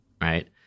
right